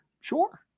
sure